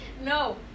No